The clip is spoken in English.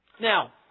Now